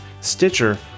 Stitcher